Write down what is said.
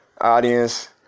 audience